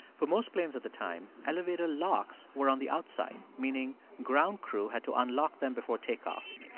for most planes at the time, elevator locks were on the outside, meaning ground crew had to unlock them before takeoff.